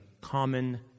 common